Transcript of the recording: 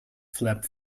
flap